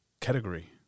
category